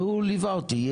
והוא ליווה אותי,